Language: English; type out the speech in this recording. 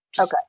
okay